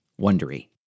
wondery